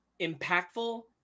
impactful